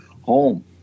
home